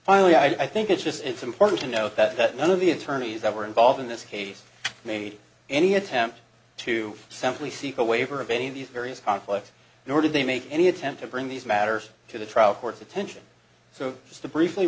finally i think it's just it's important to note that none of the attorneys that were involved in this case made any attempt to simply seek a waiver of any of these various conflicts nor did they make any attempt to bring these matters to the trial court's attention so just to briefly